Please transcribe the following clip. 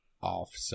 off